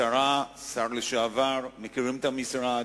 שרה ושר לשעבר, מכירים את המשרד.